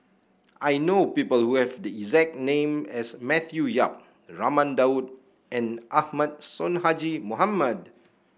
I know people who have the exact name as Matthew Yap Raman Daud and Ahmad Sonhadji Mohamad